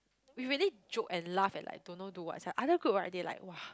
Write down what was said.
we really joke and laugh at like don't know to what sia other group right they like !wah!